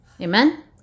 Amen